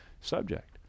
subject